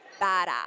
badass